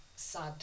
Sad